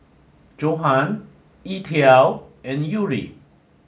Johan E TWOW and Yuri